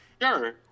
Sure